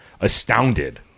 astounded